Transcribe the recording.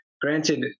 granted